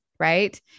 right